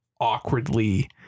awkwardly